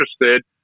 interested